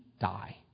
die